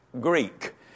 Greek